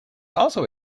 also